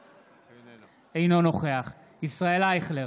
אינו נוכח ישראל אייכלר,